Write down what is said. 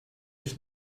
ich